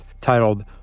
titled